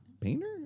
painter